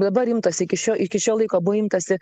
dabar imtasi iki šio iki šio laiko buvo imtasi